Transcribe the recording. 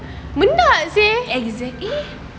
exactly